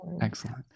Excellent